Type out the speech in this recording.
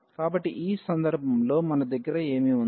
కాబట్టి ఈ సందర్భంలో మన దగ్గర ఏమి ఉంది